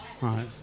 Right